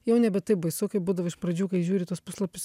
jau nebe taip baisu kaip būdavo iš pradžių kai žiūri į tuos puslapius